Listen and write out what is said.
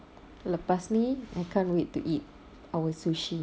lepas ni I can't wait to eat our sushi